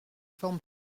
forme